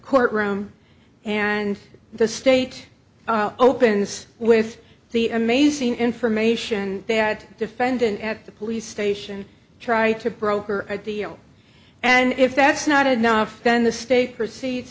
court room and the state opens with the amazing information that defendant at the police station try to broker at the and if that's not enough then the state proceeds